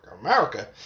America